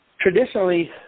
Traditionally